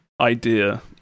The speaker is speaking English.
idea